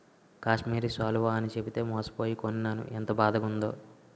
కాశ్మీరి శాలువ అని చెప్పితే మోసపోయి కొనీనాను ఎంత బాదగుందో